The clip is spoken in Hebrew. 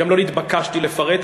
גם לא נתבקשתי לפרט.